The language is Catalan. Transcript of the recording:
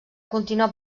continuar